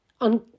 on